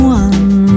one